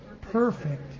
perfect